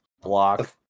block